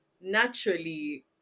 naturally